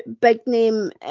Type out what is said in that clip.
big-name